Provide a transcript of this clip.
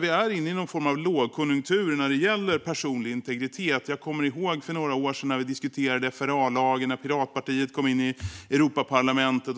Vi är inne i någon form av lågkonjunktur när det gäller personlig integritet. Jag kommer ihåg när vi diskuterade FRA-lagen för några år sedan och Piratpartiet kom in i Europaparlamentet